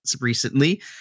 recently